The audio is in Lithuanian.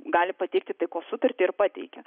gali pateikti taikos sutartį ir pateikia